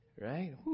right